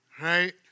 right